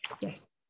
Yes